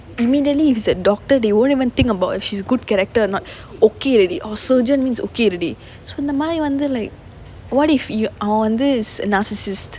immediately if it's a doctor they won't even think about if she's good character or not okay already or surgeon means okay already so இந்த மாறி வந்து:intha maari vanthu like what if you அவன் வந்து:avan vanthu narcissist